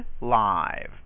live